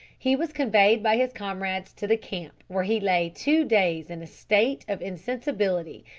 he was conveyed by his comrades to the camp, where he lay two days in a state of insensibility,